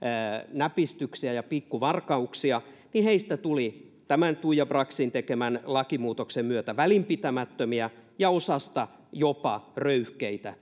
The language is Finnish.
näpistyksiä ja pikkuvarkauksia tuli tämän tuija braxin tekemän lakimuutoksen myötä välinpitämättömiä ja osasta jopa röyhkeitä